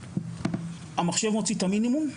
המחשב מוציא את המינימום,